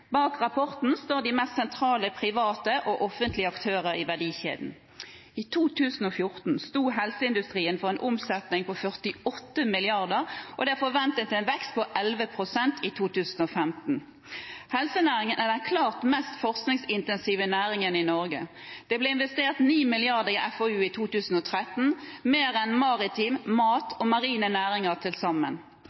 Bak rapporten står de mest sentrale private og offentlige aktører i verdikjeden. I 2014 sto helseindustrien for en omsetning på 48 mrd. kr, og det er forventet en vekst på 11 pst. i 2015. Helsenæringen er den klart mest forskningsintensive næringen i Norge. Det ble investert 9 mrd. kr i FoU i 2013, mer enn maritim, mat og marine næringer til sammen.